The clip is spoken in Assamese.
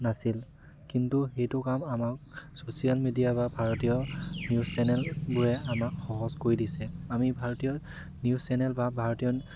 নাছিল কিন্তু সেইটো কাম আমাক ছ'চিয়েল মিডিয়া বা ভাৰতীয় নিউজ চেনেলবোৰে আমাক সহজ কৰি দিছে আমি ভাৰতীয় নিউজ চেনেল বা ভাৰতীয়